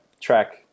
track